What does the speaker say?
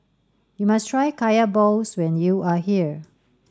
you must try Kaya Balls when you are here